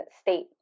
state